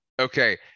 okay